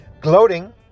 gloating